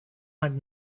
had